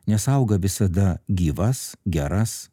nes auga visada gyvas geras